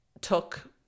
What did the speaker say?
took